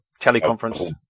teleconference